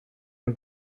nhw